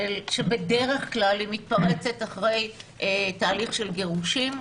שבדרך כלל היא מתפרצת אחרי תהליך של גירושין,